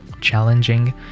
challenging